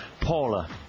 Paula